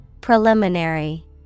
Preliminary